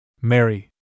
Mary